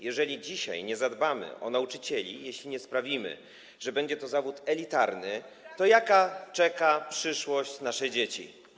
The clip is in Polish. Jeżeli dzisiaj nie zadbamy o nauczycieli, jeśli nie sprawimy, że będzie to zawód elitarny, to jaka czeka przyszłość nasze dzieci?